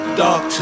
dark